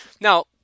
Now